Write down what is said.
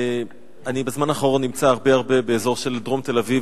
אני בזמן האחרון נמצא הרבה באזור של דרום תל-אביב,